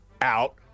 out